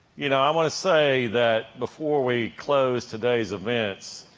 you know, i want to say that before we close today's events,